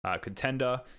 contender